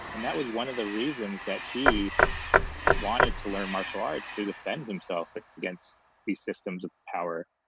and that was one of the reasons that he wanted to learn martial arts, to defend himself against these systems of power